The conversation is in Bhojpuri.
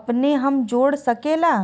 अपने हम जोड़ सकेला?